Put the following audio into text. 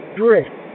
drift